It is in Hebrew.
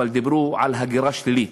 אבל דיברו על הגירה שלילית.